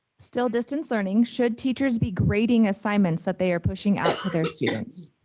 still distance learning. should teachers be grading assignments that they are pushing out to their students?